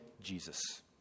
Jesus